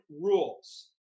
rules